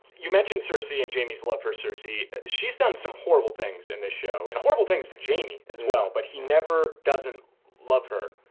you mentioned cersei and jaime's love for cersei. she's done some horrible things in this show and horrible things to jaime as well but he never doesn't love her.